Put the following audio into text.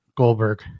Goldberg